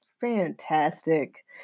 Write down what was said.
Fantastic